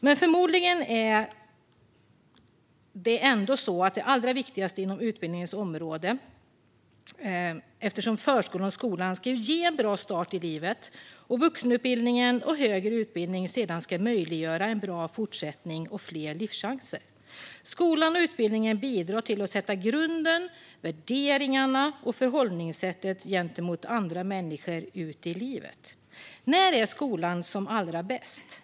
Men förmodligen är det ändå allra viktigast inom utbildningens område eftersom förskolan och skolan ju ska ge en bra start i livet och vuxenutbildning och högre utbildning sedan ska möjliggöra en bra fortsättning och fler livschanser. Skolan och utbildningen bidrar till grunden, värderingarna och förhållningssättet gentemot andra människor i livet. "När är skolan som allra bäst?"